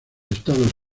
estados